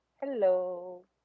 Hello